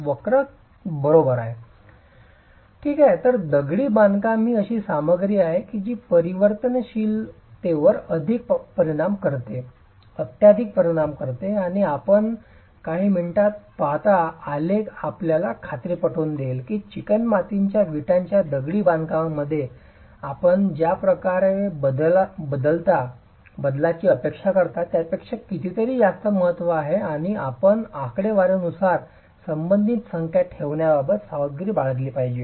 वक्र बरोबर ठीक आहे दगडी बांधकामा ही एक अशी सामग्री आहे जी परिवर्तनशीलतेवर अत्यधिक परिणाम करते आणि आपण काही मिनिटांत पाहता आलेख आपल्याला खात्री पटवून देईल की चिकणमातीच्या वीटांच्या दगडी बांधकामामध्ये आपण ज्या प्रकारचे बदलता अपेक्षा करता त्यापेक्षा कितीतरी जास्त महत्त्व आहे आणि आपण आकडेवारीनुसार संबंधित संख्या ठेवण्याबाबत सावधगिरी बाळगली पाहिजे